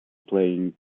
playing